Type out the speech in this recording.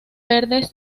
verdes